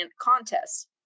contests